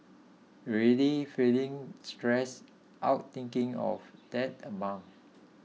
already feeling stressed out thinking of that amount